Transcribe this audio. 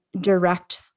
direct